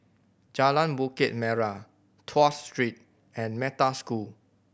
Jalan Bukit Merah Tuas Street and Metta School